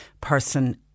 person